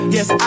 Yes